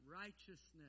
Righteousness